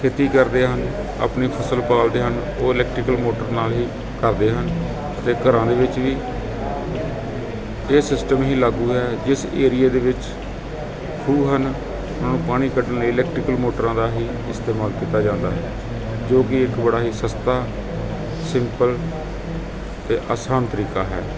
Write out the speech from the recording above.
ਖੇਤੀ ਕਰਦੇ ਹਨ ਆਪਣੀ ਫਸਲ ਪਾਲਦੇ ਹਨ ਉਹ ਇਲੈਕਟਰੀਕਲ ਮੋਟਰ ਨਾਲ ਹੀ ਕਰਦੇ ਹਨ ਅਤੇ ਘਰਾਂ ਦੇ ਵਿੱਚ ਵੀ ਇਹ ਸਿਸਟਮ ਹੀ ਲਾਗੂ ਹੈ ਜਿਸ ਏਰੀਏ ਦੇ ਵਿੱਚ ਖੂਹ ਹਨ ਉਹਨਾਂ ਨੂੰ ਪਾਣੀ ਕੱਢਣ ਲਈ ਇਲੈਕਟ੍ਰੀਕਲ ਮੋਟਰਾਂ ਦਾ ਹੀ ਇਸਤੇਮਾਲ ਕੀਤਾ ਜਾਂਦਾ ਹੈ ਜੋ ਕਿ ਇੱਕ ਬੜਾ ਹੀ ਸਸਤਾ ਸਿੰਪਲ ਅਤੇ ਅਸਾਨ ਤਰੀਕਾ ਹੈ